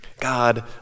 God